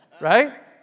Right